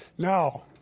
No